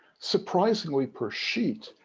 surprisingly per sheet,